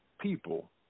people